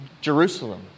Jerusalem